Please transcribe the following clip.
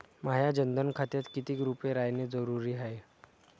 माह्या जनधन खात्यात कितीक रूपे रायने जरुरी हाय?